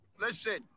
Listen